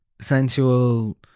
sensual